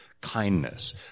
kindness